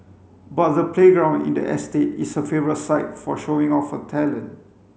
but the playground in the estate is her favourite site for showing off her talent